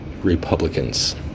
republicans